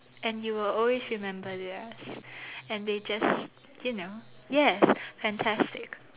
and you will always remember theirs and they just you know yes fantastic